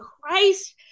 Christ